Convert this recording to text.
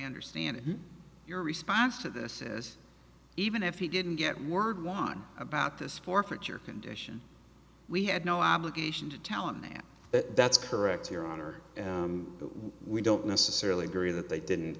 understand your response to this even if he didn't get word one about this forfeiture condition we had no obligation to tell him that that's correct your honor we don't necessarily agree that they didn't